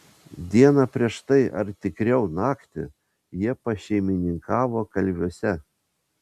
dieną prieš tai ar tikriau naktį jie pašeimininkavo kalviuose